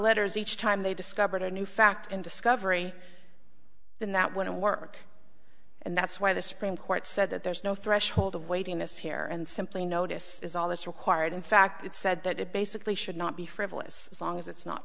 letters each time they discovered a new fact in discovery then that went to work and that's why the supreme court said that there's no threshold of waiting lists here and simply notice is all that's required in fact it's said that it basically should not be frivolous as long as it's not